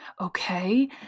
Okay